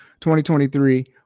2023